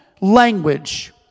language